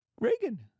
Reagan